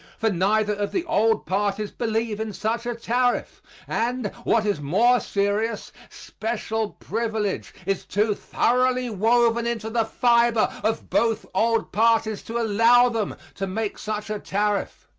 for neither of the old parties believes in such a tariff and, what is more serious, special privilege is too thoroughly woven into the fiber of both old parties to allow them to make such a tariff.